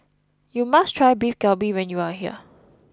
you must try Beef Galbi when you are here